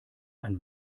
ein